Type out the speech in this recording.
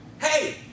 hey